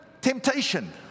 temptation